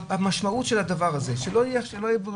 המשמעות של הדבר הזה שלא תהיה ברירה,